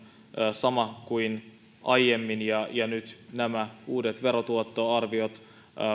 sama kuin aiemmin ja ja nyt nämä uudet verotuottoarviot